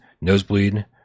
Nosebleed